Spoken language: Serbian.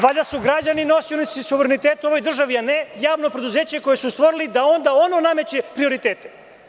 Valjda su građani nosioci suvereniteta u ovoj državi, a ne javno preduzeće koje su stvorili, da onda ono nameće prioritete.